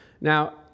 Now